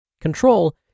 Control